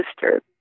sister